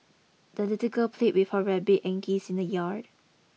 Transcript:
the little girl played with her rabbit and geese in the yard